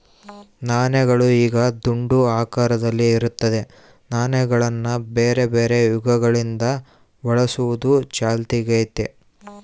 ನಾಣ್ಯಗಳು ಈಗ ದುಂಡು ಆಕಾರದಲ್ಲಿ ಇರುತ್ತದೆ, ನಾಣ್ಯಗಳನ್ನ ಬೇರೆಬೇರೆ ಯುಗಗಳಿಂದ ಬಳಸುವುದು ಚಾಲ್ತಿಗೈತೆ